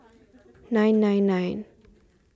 nine nine nine